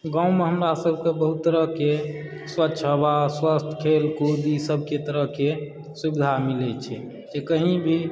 गाँवमऽ हमरा सभकऽ बहुत तरहकेँ स्वच्छ हवा स्वच्छ खेलकूद ई सभके तरहकेँ सुविधा मिलैत छै जे कही भी